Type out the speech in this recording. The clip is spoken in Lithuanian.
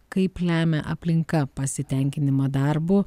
kaip lemia aplinka pasitenkinimą darbu